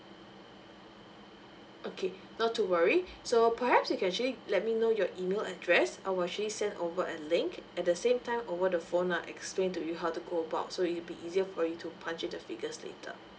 okay not to worry so perhaps you can actually let me know your email address I will actually send over a link at the same time over the phone I'll explain to you how to go about so it'll be easier for you to punch in the figures later